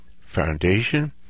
foundation